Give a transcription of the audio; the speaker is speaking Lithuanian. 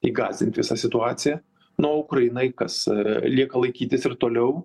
įgąsdint visą situaciją na o ukrainai kas lieka laikytis ir toliau